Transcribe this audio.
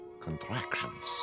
contractions